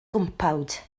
gwmpawd